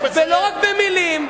ולא רק במלים,